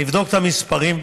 אני אבדוק את המספרים,